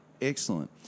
excellent